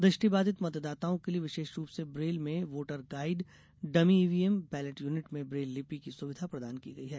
दृष्टिबाधित मतदाताओं के लिए विशेष रूप से ब्रेल में voter guide dummy EVM ballot unit में ब्रेल लिपि की सुविधा प्रदान की गई है